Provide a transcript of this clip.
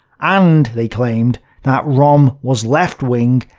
and they claimed that rohm was left-wing,